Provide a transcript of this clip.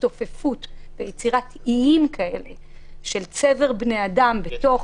הצטופפות ויצירת איים של צבר בני אדם בתוך